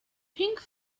pink